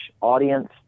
audience